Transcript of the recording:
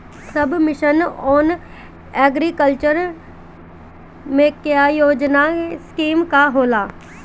सब mission on agriculture mechanisation scheme का होला?